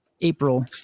April